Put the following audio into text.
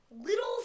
Little